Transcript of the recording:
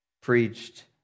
preached